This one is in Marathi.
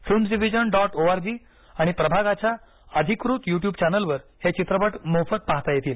फिल्म्सडिवीजन डॉट ओआरजी आणि प्रभागाच्या अधिकृत युट्युब चॅनलवर हे चित्रपट मोफत पाहता येतील